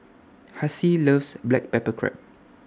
Hassie loves Black Pepper Crab